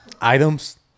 items